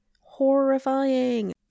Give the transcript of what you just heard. Horrifying